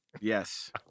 Yes